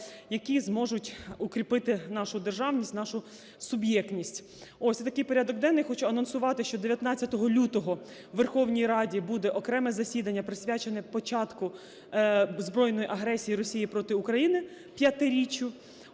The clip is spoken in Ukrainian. які зможуть укріпити нашу державність, нашу суб'єктність. Це такий порядок денний. Хочу анонсувати, що 19 лютого у Верховній Раді буде окреме засідання, присвячене початку збройної агресії Росії проти України, 5-річчю,